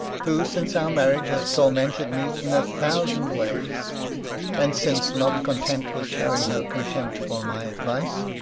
who, since our marriage, has tormented me in a thousand ways and since, not content with showing her contempt for my advice,